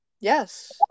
yes